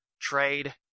trade